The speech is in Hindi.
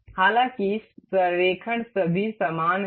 हालाँकि संरेखण सभी समान है